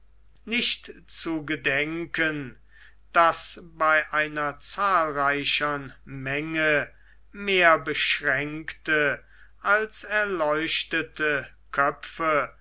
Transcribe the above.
nicht zu gedenken daß bei einer zahlreichern menge mehr beschränkte als erleuchtete köpfe